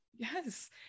Yes